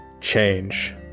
change